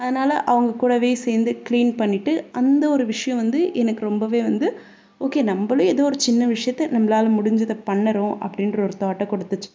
அதனால் அவங்க கூடவே சேர்ந்து க்ளீன் பண்ணிவிட்டு அந்த ஒரு விஷயம் வந்து எனக்கு ரொம்பவே வந்து ஓகே நம்மளும் ஏதோ ஒரு சின்ன விஷயத்த நம்மளால முடிஞ்சதை பண்ணுறோம் அப்படின்ற ஒரு தாட்டை கொடுத்துச்சி